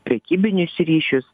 prekybinius ryšius